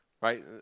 right